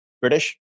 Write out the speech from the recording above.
British